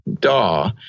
DAW